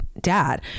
dad